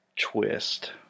twist